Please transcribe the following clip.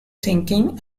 thinking